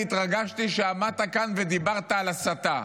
אני התרגשתי כשאתה עמדת כאן ודיברת על הסתה,